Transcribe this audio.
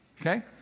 Okay